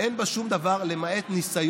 אין בה שום דבר למעט ניסיון